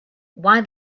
why